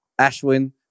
Ashwin